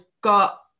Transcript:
got